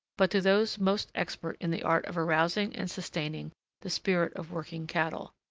but to those most expert in the art of arousing and sustaining the spirit of working-cattle.